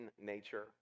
nature